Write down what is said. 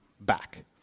back